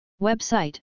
Website